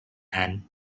anne